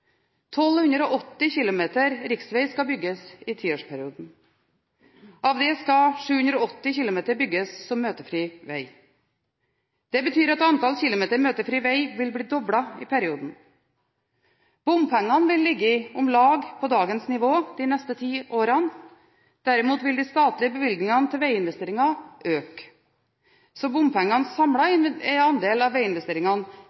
280 km riksveg skal bygges i tiårsperioden. Av det skal 780 km bygges som møtefri vei. Det betyr at antall kilometer møtefri vei vil bli doblet i perioden. Bompengene vil ligge om lag på dagens nivå de neste ti årene. Derimot vil de statlige bevilgningene til veiinvesteringer øke.